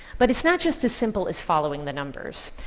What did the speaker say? but it's not just as simple as following the numbers.